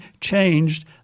changed